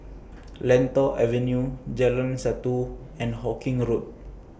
Lentor Avenue Jalan Satu and Hawkinge Road